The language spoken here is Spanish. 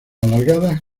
alargadas